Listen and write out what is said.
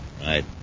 Right